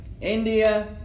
India